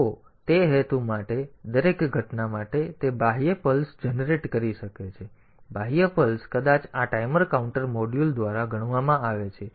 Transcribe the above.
તો તે હેતુ માટે દરેક ઘટના માટે જેથી તે બાહ્ય પલ્સ જનરેટ કરી શકે અને તે બાહ્ય પલ્સ કદાચ આ ટાઈમર કાઉન્ટર મોડ્યુલ દ્વારા ગણવામાં આવે છે